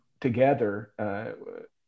together